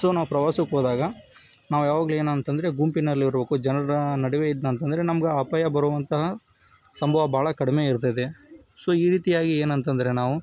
so ನಾವು ಪ್ರವಾಸಕ್ಕೆ ಹೋದಾಗ ನಾವು ಯಾವಾಗಲೂ ಏನಂತ ಅಂದ್ರೆ ಗುಂಪಿನಲ್ಲಿರಬೇಕು ಜನರ ನಡುವೆ ಇದ್ದೆನಂತಂದ್ರೆ ನಮ್ಗೆ ಆ ಅಪಾಯ ಬರುವಂತಹ ಸಂಭವ ಭಾಳ ಕಡಿಮೆ ಇರ್ತದೆ ಸೊ ಈ ರೀತಿಯಾಗಿ ಏನಂತ ಅಂದ್ರೆ ನಾವು